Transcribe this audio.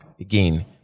Again